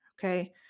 okay